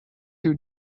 you